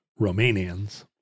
Romanians